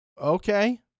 Okay